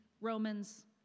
Romans